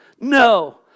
No